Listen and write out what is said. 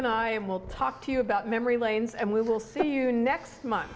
and i will talk to you about memory lanes and we will see you next month